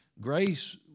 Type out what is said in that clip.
Grace